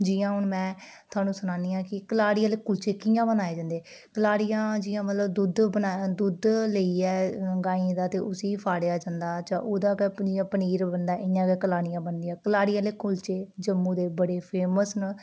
जियां हून में थुहानूं सनानी आं कि कलाड़ी आह्ले कुलचे कियां बनाए जंदे कलाड़ियां जियां मतलब दुद्ध बना दुद्ध लेइयै गाइयें दा ते उसी फाड़ेआ जंदा जां ओह्दा गै पनीर बनदा इयां गै कलानियां बनदियां कलाड़ी आह्ले कुलचे जम्मू दे बड़े फेमस न